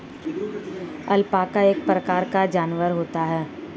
alpaca एक प्रकार का जानवर होता है